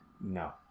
No